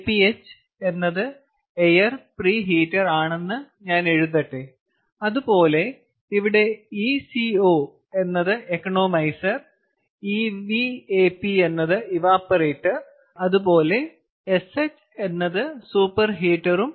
APH എന്നത് air preheater ആണെന്ന് ഞാൻ എഴുതട്ടെ അതുപോലെ ഇവിടെ Eco എന്നത് ഇക്കണോമൈസർ Evap എന്നത് ഇവാപ്പറേറ്റർ അതുപോലെ SH എന്നത് സൂപ്പർ ഹീറ്റർ